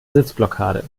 sitzblockade